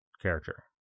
character